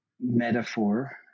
metaphor